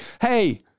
hey